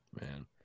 man